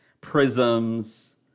prisms